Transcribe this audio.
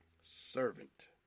Servant